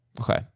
Okay